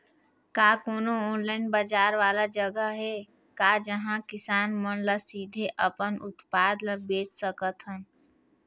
का कोनो ऑनलाइन बाजार वाला जगह हे का जहां किसान मन ल सीधे अपन उत्पाद ल बेच सकथन?